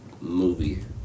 movie